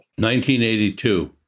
1982